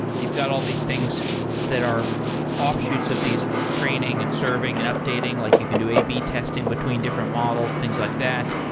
you've got all these things that are offshoots of these training and serving and updating, like you can do ab testing between different models, things like that.